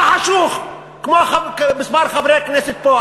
אני לא חשוך כמו כמה חברי כנסת פה.